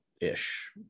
ish